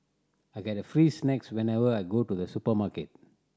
I get free snacks whenever I go to the supermarket